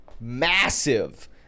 Massive